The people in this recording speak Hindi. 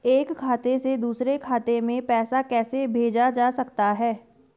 एक खाते से दूसरे खाते में पैसा कैसे भेजा जा सकता है?